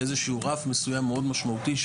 איזשהו רף מסוים מאוד משמעותי,